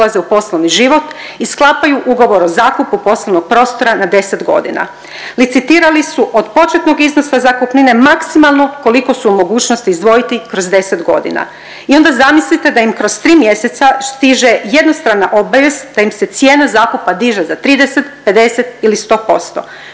u poslovni život i sklapaju ugovor o zakupu poslovnog prostora na 10 godina. Licitirali su od početnog iznosa zakupnine maksimalno koliko su u mogućnosti izdvojiti kroz 10 godina i onda zamislite da im kroz 3 mjeseca stiže jednostrana obavijest da im se cijena zakupa diže za 30, 50 ili 100%.